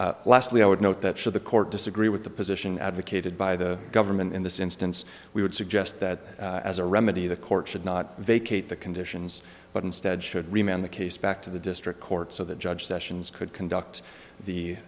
offense lastly i would note that should the court disagree with the position advocated by the government in this instance we would suggest that as a remedy the court should not vacate the conditions but instead should remain on the case back to the district court so that judge sessions could conduct the